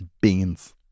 Beans